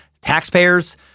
Taxpayers